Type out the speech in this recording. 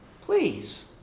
please